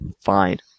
fine